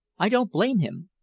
i don't blame him.